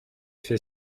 fait